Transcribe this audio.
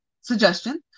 suggestion